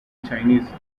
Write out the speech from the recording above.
chinese